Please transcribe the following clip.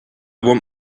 want